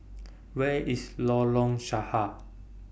Where IS Lorong Sahad